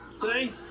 today